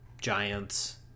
giants